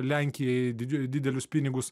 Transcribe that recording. lenkijai dideli didelius pinigus